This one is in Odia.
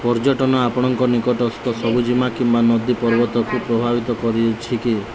ପର୍ଯ୍ୟଟନ ଆପଣଙ୍କ ନିକଟସ୍ଥ ସବୁଜିମା କିମ୍ବା ନଦୀ ପର୍ବତକୁ ପ୍ରଭାବିତ କରିଛି କି